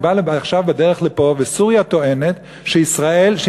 אני בא עכשיו ובדרך לפה אני שומע שסוריה טוענת שהיא